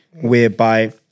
whereby